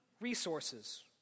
resources